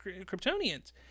Kryptonians